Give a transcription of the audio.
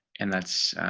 and that's